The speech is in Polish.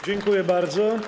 Dziękuję bardzo.